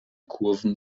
kurven